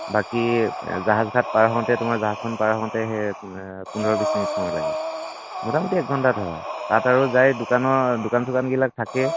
বাকী জাহাজ ঘাট পাৰ হওঁতে তোমাৰ জাহাজখন পাৰ হওঁতে সেই পোন্ধৰ বিছ মিনিট সময় লাগে মোটামুটি এক ঘণ্টা ধৰা তাত আৰু যায় তাত দোকানৰ দোকান চোকানবিলাক থাকেই